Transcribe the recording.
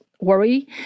worry